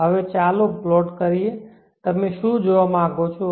હવે ચાલો પ્લોટ કરીએ તમે શું જોવા માંગો છો